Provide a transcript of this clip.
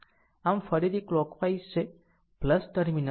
આમ ફરીથી કલોકવાઈઝ છે ટર્મિનલ